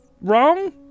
wrong